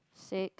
six